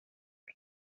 que